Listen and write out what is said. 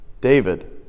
David